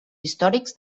històrics